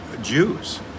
Jews